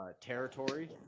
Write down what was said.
territory